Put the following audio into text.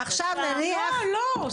עכשיו נניח --- לא,